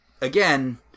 again